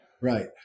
Right